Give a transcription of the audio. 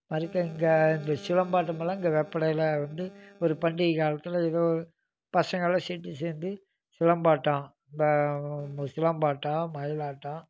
மறுக்கா இங்கே இந்த சிலம்பாட்டம்லாம் இங்கே வெப்படையில் வந்து ஒரு பண்டிகை காலத்தில் எதோ பசங்கள்லாம் செட்டு சேர்ந்து சிலம்பாட்டம் இப்போ சிலம்பாட்டம் மயிலாட்டம்